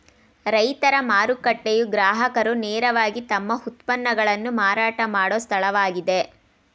ರೈತರ ಮಾರುಕಟ್ಟೆಯು ಗ್ರಾಹಕರು ನೇರವಾಗಿ ತಮ್ಮ ಉತ್ಪನ್ನಗಳನ್ನು ಮಾರಾಟ ಮಾಡೋ ಸ್ಥಳವಾಗಿದೆ